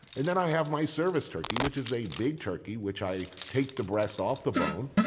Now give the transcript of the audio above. and then i have my service turkey, which is a big turkey. which i take the breast off the bone.